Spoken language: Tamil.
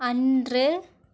அன்று